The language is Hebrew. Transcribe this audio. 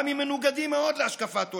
גם אם מנוגדים מאוד להשקפת עולמי,